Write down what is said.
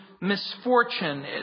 misfortune